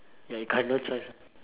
ya you got no choice